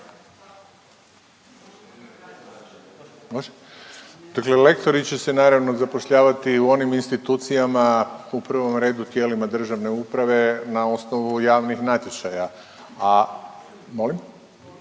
Dakle, rektori će se naravno zapošljavati u onim institucijama u prvom redu tijelima državne uprave na osnovu javnih natječaja. A molim?